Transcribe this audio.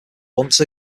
once